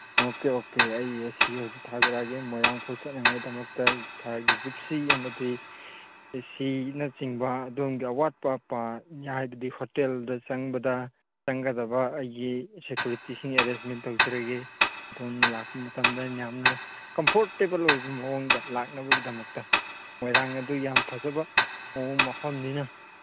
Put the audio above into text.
okay okay ꯑꯩ A C ꯍꯧꯖꯤꯛ ꯊꯥꯖꯔꯛꯑꯒꯦ ꯃꯣꯏꯔꯥꯡ ꯐꯥꯎꯕ ꯆꯠꯅꯉꯥꯏꯗꯃꯛꯇ ꯁꯥꯔꯒꯤ ꯖꯤꯞꯁꯤ ꯑꯃꯗꯤ ꯑꯦ ꯁꯤꯅꯆꯤꯡꯕ ꯑꯗꯣꯝꯒꯤ ꯑꯋꯥꯠ ꯑꯄꯥ ꯍꯥꯏꯕꯗꯤ ꯍꯣꯇꯦꯜꯗ ꯆꯪꯕꯗ ꯆꯪꯒꯗꯕ ꯑꯩꯒꯤ ꯁꯦꯀꯨꯔꯤꯇꯤꯁꯤꯡ ꯑꯦꯔꯦꯟꯁꯃꯦꯟ ꯇꯧꯖꯔꯒꯦ ꯑꯗꯣꯝꯅ ꯂꯥꯛꯄ ꯃꯇꯝꯗ ꯌꯥꯝꯅ ꯀꯝꯐꯣꯔꯇꯦꯕꯜ ꯑꯣꯏꯕ ꯃꯑꯣꯡꯗ ꯂꯥꯛꯅꯕꯒꯤꯗꯃꯛꯇ ꯃꯣꯏꯔꯥꯡ ꯑꯗꯨ ꯌꯥꯝ ꯐꯖꯕ ꯃꯑꯣꯡ ꯃꯐꯝꯅꯤꯅ